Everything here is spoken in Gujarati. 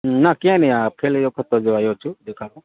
ના ક્યાંય નહીં આ પહેલી વખત જ આવ્યો છું દેખાડવા